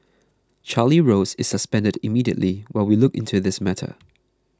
Charlie Rose is suspended immediately while we look into this matter